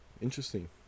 interesting